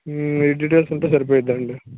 ఈ డీటెయిల్స్ ఉంటే సరిపోయిద్దండీ